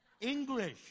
English